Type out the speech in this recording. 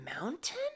mountain